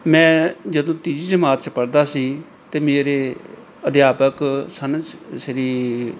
ਮੈਂ ਜਦੋਂ ਤੀਜੀ ਜਮਾਤ 'ਚ ਪੜ੍ਹਦਾ ਸੀ ਤਾਂ ਮੇਰੇ ਅਧਿਆਪਕ ਸਨ ਸ ਸ਼੍ਰੀ